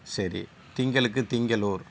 சரி திங்களுக்கு திங்களூர்